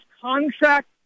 contract